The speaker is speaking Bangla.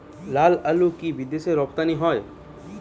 লালআলু কি বিদেশে রপ্তানি হয়?